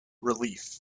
relief